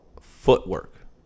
footwork